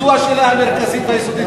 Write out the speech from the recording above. זו השאלה המרכזית והיסודית,